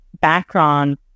background